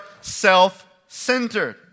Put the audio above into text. self-centered